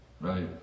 Right